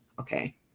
Okay